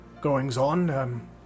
goings-on